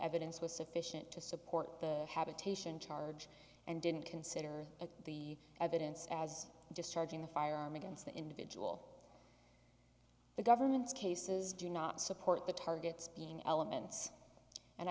evidence was sufficient to support the habitation charge and didn't consider the evidence as discharging a firearm against the individual the government's cases do not support the targets being elements and